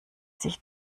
sich